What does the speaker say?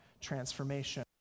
transformation